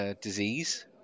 disease